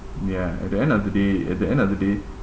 ya at the end of the day at the end of the day